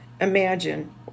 imagine